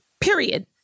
Period